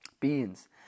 beans